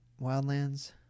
Wildlands